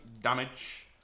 damage